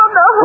no